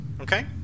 Okay